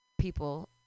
people